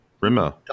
Rima